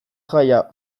jaia